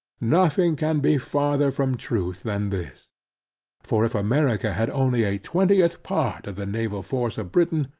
nothing can be farther from truth than this for if america had only a twentieth part of the naval force of britain,